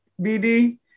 BD